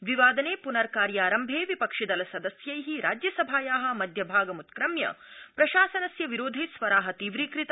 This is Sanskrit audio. द्वि वादने प्नर्कार्यारम्भे विपक्षि दल सदस्यै राज्यसभाया मध्यभागे उत्क्रम्य प्रशासनस्य विरोधे स्वरा तीव्रीकृता